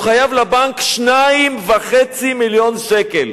הוא חייב לבנק 2.5 מיליון שקל.